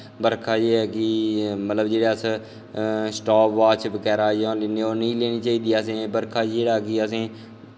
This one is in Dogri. बरखा च एह् ऐ कि मतलब जेह्ड़ा अस स्टापबॉच बगैरा लैन्ने ओह् निं लैनी चाहिदी कि बरखा च असेंगी